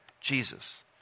Jesus